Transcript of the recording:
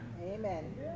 Amen